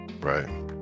Right